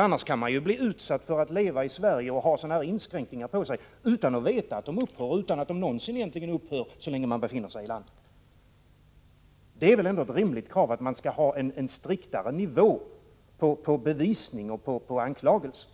Annars kan man ju bli utsatt för att leva i Sverige med sådana här inskränkningar av den personliga friheten utan att veta att de upphör och utan att de någonsin upphör så länge man befinner sig i landet. Det är väl ändå ett rimligt krav att man skall ha en striktare nivå på bevisningen och på anklagelsen.